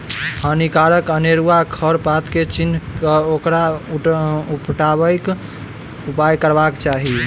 हानिकारक अनेरुआ खर पात के चीन्ह क ओकरा उपटयबाक उपाय करबाक चाही